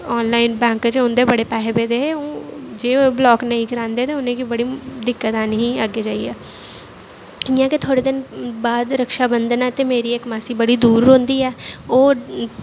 online bank च उं'दे बड़े पैहे पेदे हे जे ओह् ब्लाक नेईं करांदे हे ते उ'नेंगी बड़ी दिक्कत आनी ही अग्गें जाइयै इ'यां गै थोह्ड़े हिन बाद रक्षा बंधन हा ते मेरी इक मासी बड़ी दूर रौंह्दी ऐ ओह्